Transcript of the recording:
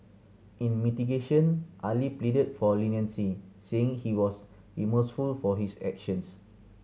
in mitigation Ali pleaded for leniency saying he was remorseful for his actions